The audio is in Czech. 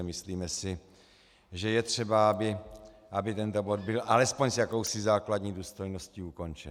Myslíme si, že je třeba, aby tento bod byl alespoň s jakousi základní důstojností ukončen.